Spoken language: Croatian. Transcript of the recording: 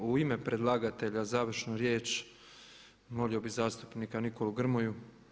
U ime predlagatelja završnu riječ molio bih zastupnika Nikolu Grmoju.